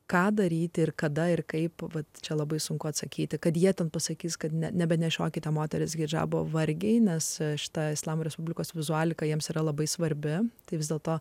ką daryti ir kada ir kaip vat čia labai sunku atsakyti kad jie ten pasakys kad ne nebenešiokite moterys hidžabo vargiai nes aš tą islamo respublikos vizualiai ką jiems yra labai svarbi tai vis dėlto